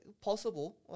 possible